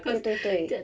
对对对